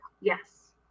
Yes